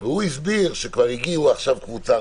והוא הסביר שכבר הגיעה עכשיו קבוצה,